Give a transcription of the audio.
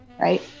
Right